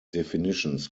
definitions